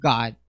God